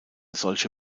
solche